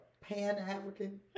Pan-African